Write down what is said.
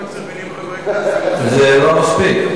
זה לא מספיק.